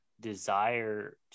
desire